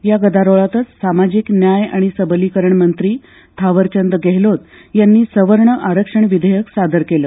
या गदारोळातच सामाजिक न्याय आणि सबलीकरण मंत्री थावरचंद गेहलोत यांनी सवर्ण आरक्षण विधेयक सादर केलं